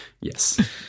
yes